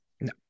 No